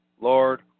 Lord